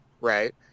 right